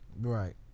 Right